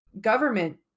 government